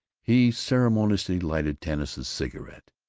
he ceremoniously lighted tanis's cigarette,